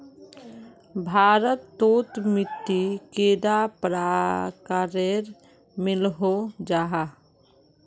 भारत तोत मिट्टी कैडा प्रकारेर मिलोहो जाहा?